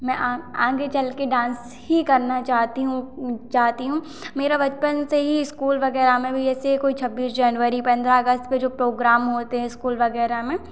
मैं आग आगे चल कर डांस ही करना चाहती हूँ चाहती हूँ मेरा बचपन से ही स्कूल वगैरह में भी ऐसे कोई छब्बीस जनवरी पन्द्रह अगस्त पर जो प्रोग्राम होते हैं स्कूल वगैरह में